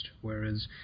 whereas